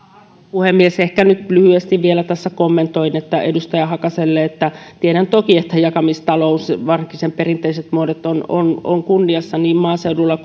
puhemies ehkä nyt lyhyesti vielä tässä kommentoin edustaja hakaselle että tiedän toki että jakamistalous varsinkin sen perinteiset muodot on on kunniassa niin maaseudulla